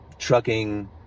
trucking